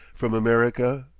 from america,